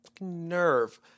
nerve